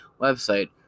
website